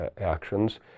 actions